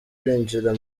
binjira